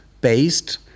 based